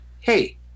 hey